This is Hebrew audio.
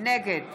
נגד